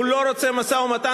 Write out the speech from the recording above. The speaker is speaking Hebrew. הוא לא רוצה משא-ומתן,